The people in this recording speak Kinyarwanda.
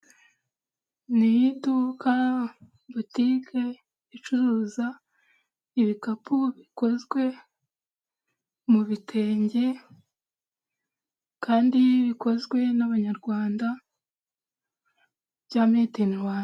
Ni iduka butike icuruza ibikapu bikozwe mu bitenge kandi bikozwe n'abanyarwanda, bya mede in Rwanda.